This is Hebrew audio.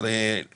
2019